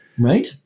Right